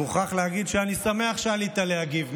אני מוכרח להגיד שאני שמח שעלית להגיב.